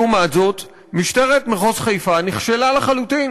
לעומת זאת, משטרת מחוז חיפה נכשלה לחלוטין.